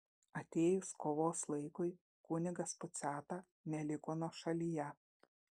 atėjus kovos laikui kunigas puciata neliko nuošalyje